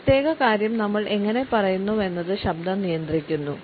ഒരു പ്രത്യേക കാര്യം നമ്മൾ എങ്ങനെ പറയുന്നുവെന്നത് ശബ്ദം നിയന്ത്രിക്കുന്നു